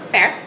Fair